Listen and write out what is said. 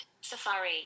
Safari